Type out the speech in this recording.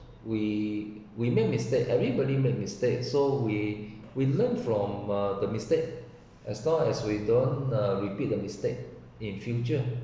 we we make mistake everybody makes mistakes so we we learn from uh the mistakes as long as we don’t uh repeat the mistake in future